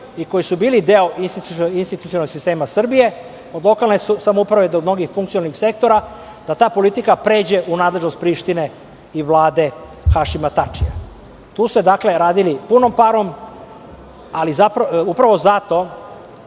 i koji su bili deo institucionalnog sistema Srbije, od lokalne samouprave do mnogih funkcionalnih sektora, da ta politika pređe u nadležnost Prištine i vlade Hašima Tačija. Tu ste radili punom parom, upravo zato